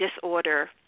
disorder